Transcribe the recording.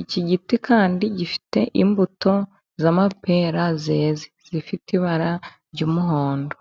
Iki giti kandi gifite imbuto z'amapera zeze, zifite ibara ry'umuhondo.